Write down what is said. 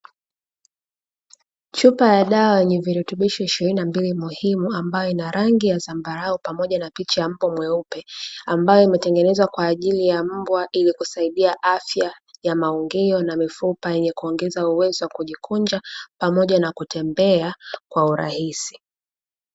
Chupa ya dawa yenye virutubisho ishirini na mbili muhimu, ambayo ina rangi ya zambarau pamoja na picha ya mbwa mweupe. Ambayo imetengeneza kwa ajili ya mbwa ili kusaidia afya ya maungio na mifupa yenye kuongeza uwezo wa kujikunja pamoja na kutembea kwa urahisi.